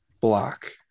Block